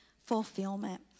fulfillment